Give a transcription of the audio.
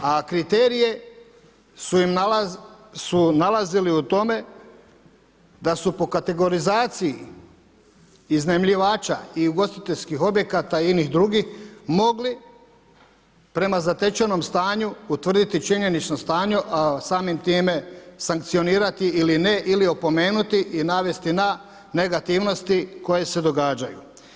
A kriterije su nalazili u tome da su po kategorizaciji iznajmljivača i ugostiteljskih objekata inih drugih mogli prema zatečenom stanju utvrditi činjenično stanje, a samim time sankcionirati ili ne ili opomenuti i navesti na negativnosti koje se događaju.